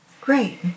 Great